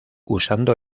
usando